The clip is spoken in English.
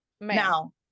Now